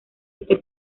este